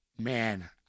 man